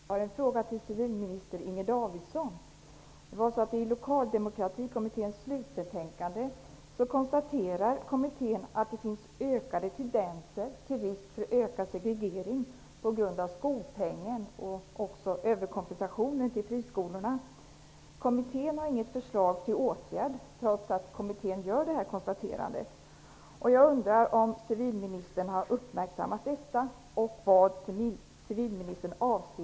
Herr talman! Jag har en fråga till civilminister Inger Davidson. I Lokaldemokratikommitténs betänkande konstaterar kommittén att det finns tendenser till ökad segregering på grund av skolpengen, och det sker också en överkompensation till friskolorna. Kommittén har inte något förslag till åtgärd, trots att kommittén gör detta konstaterande.